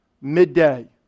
midday